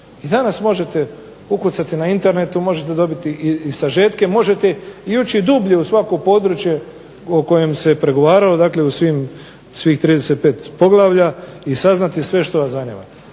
danas možete ukucati na Internetu, možete dobiti i sažetke, možete ući dublje u svako područje o kojem se pregovaralo dakle u svih 35 poglavlja i saznati sve što vas zanima.